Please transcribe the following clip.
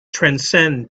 transcend